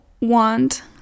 want